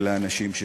ולאנשים שפה: